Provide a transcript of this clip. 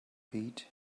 eat